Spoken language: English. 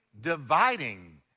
dividing